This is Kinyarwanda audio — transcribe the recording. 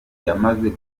yamaze